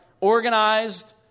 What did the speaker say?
organized